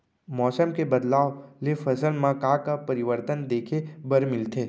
मौसम के बदलाव ले फसल मा का का परिवर्तन देखे बर मिलथे?